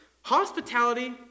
Hospitality